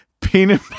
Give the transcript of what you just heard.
peanut